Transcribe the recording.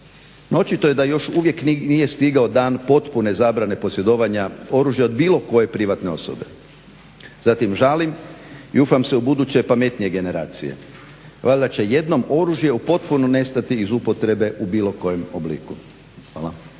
očito je da još uvijek nije stigao dan potpune zabrane posjedovanja oružja od bilo koje privatne osobe. Zatim žalim i ufam se u buduće pametnije generacije. Valjda će jednom oružje potpuno nestati iz upotrebe u bilo kojem obliku. Hvala.